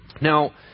Now